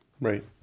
Right